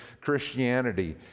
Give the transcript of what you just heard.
Christianity